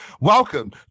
Welcome